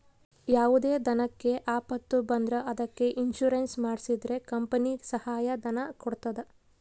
ಯಾವುದೇ ದನಕ್ಕೆ ಆಪತ್ತು ಬಂದ್ರ ಅದಕ್ಕೆ ಇನ್ಸೂರೆನ್ಸ್ ಮಾಡ್ಸಿದ್ರೆ ಕಂಪನಿ ಸಹಾಯ ಧನ ಕೊಡ್ತದ